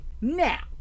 Now